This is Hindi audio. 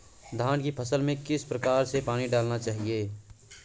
धान की फसल में किस प्रकार से पानी डालना चाहिए?